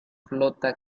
flota